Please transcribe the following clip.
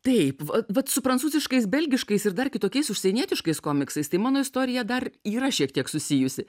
taip vat su prancūziškais belgiškais ir dar kitokiais užsienietiškais komiksais tai mano istorija dar yra šiek tiek susijusi